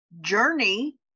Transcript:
journey